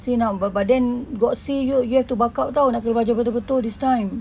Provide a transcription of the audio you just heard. see now but but then god see you you have to buck up [tau] nak kena belajar betul-betul his time